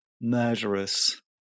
murderous